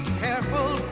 careful